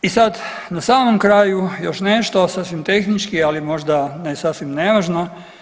I sad na samom kraju još nešto sasvim tehnički, ali možda ne sasvim nevažno.